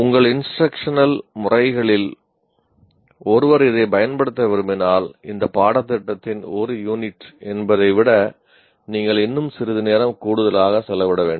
உங்கள் இன்ஸ்ட்ரக்ஷனல் என்பதை விட நீங்கள் இன்னும் சிறிது நேரம் கூடுதலாக செலவிட வேண்டும்